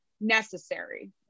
necessary